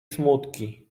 smutki